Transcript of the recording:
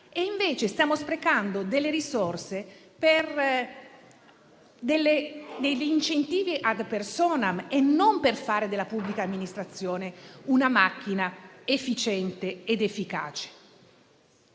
Invece, stiamo sprecando delle risorse per degli incentivi *ad personam* e non per fare della pubblica amministrazione una macchina efficiente ed efficace.